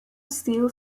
steel